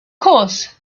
course